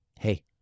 hey